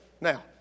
Now